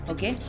Okay